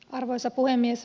arvoisa puhemies